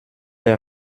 les